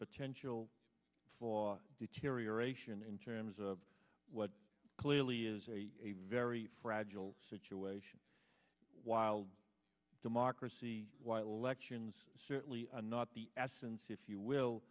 potential flaw deterioration in terms of what clearly is a very fragile situation while democracy while elections certainly not the absence if you will